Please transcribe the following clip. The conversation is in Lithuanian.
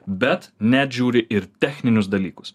bet net žiūri ir techninius dalykus